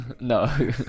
No